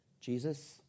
Jesus